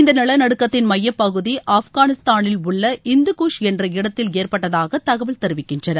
இந்த நிலநடுக்கத்தின் மையப்பகுதி ஆப்கானிஸ்தானில் உள்ள ஹிந்த்குஷ் என்ற இடத்தில் ஏற்பட்டதாக தகவல் தெரிவிக்கின்றன